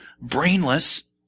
Brainless